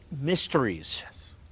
mysteries